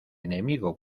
enemigo